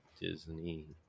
Disney